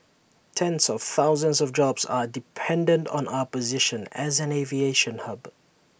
tens of thousands of jobs are dependent on our position as an aviation hub